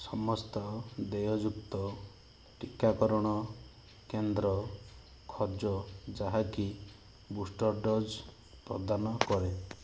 ସମସ୍ତ ଦେୟଯୁକ୍ତ ଟିକାକରଣ କେନ୍ଦ୍ର ଖୋଜ ଯାହାକି ବୁଷ୍ଟର୍ ଡୋଜ୍ ପ୍ରଦାନ କରେ